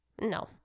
no